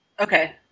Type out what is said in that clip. Okay